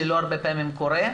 שזה לא הרבה פעמים קורה,